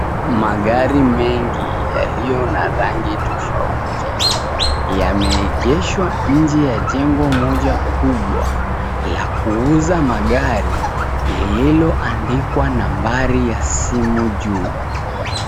Magari mengi yaliyo na rangi tofauti, yameengeshwa nje ya jengo moja kubwa la kuuza magari lilioandikwa nambari ya simu juu.